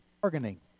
bargaining